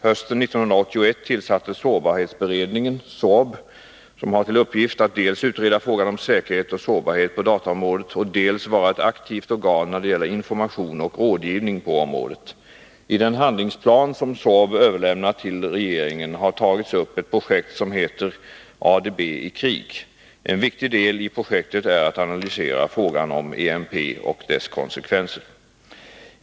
Hösten 1981 tillsattes sårbarhetsberedningen , som har till uppgift att dels utreda frågan om säkerhet och sårbarhet på dataområdet, dels vara ett aktivt organ när det gäller information och rådgivning på området. I den handlingsplan som SÅRB överlämnat till regeringen har tagits upp ett projekt som heter ”ADB i krig”. En viktig del i projektet är att analysera frågan om EMP och dess konsekvenser.